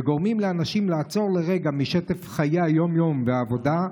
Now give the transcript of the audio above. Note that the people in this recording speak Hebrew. וגורמות לאנשים לעצור לרגע משטף חיי היום-יום והעבודה,